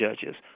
judges